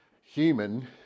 human